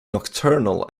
nocturnal